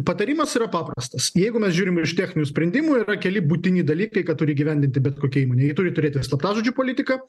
patarimas yra paprastas jeigu mes žiūrim iš techninių sprendimų yra keli būtini dalykai ką turi įgyvendinti bet kokia įmonė jie turi turėti slaptažodžių politiką